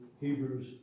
Hebrews